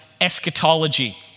eschatology